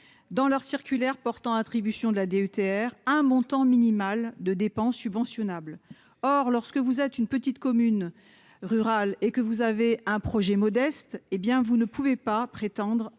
dans leurs circulaire portant attribution de la DETR, un montant minimal de dépenses subventionne able or lorsque vous êtes une petite commune rurale et que vous avez un projet modeste, hé bien, vous ne pouvez pas prétendre